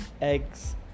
eggs